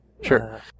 Sure